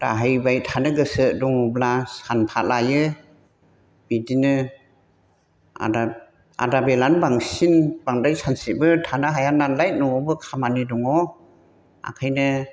दाहायबाय थानो गोसो दङब्ला सानफा लायो बिदिनो आदार आदा बेलायानो बांसिन बांदराय सानसेबो थानो हायानालाय न'आवबो खामानि दङ ओंखायनो